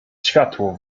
światło